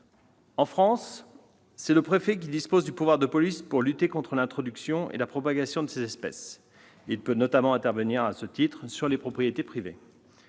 En France, c'est le préfet qui dispose du pouvoir de police pour lutter contre l'introduction et la propagation de ces espèces : il peut notamment intervenir à ce titre sur les propriétés privées.